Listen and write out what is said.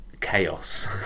chaos